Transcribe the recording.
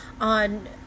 on